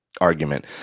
argument